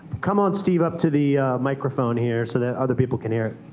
come on, steve, up to the microphone here so that other people can hear